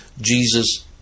Jesus